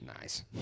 Nice